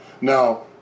Now